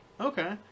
Okay